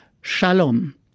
Shalom